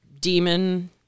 demon